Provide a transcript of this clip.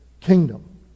kingdom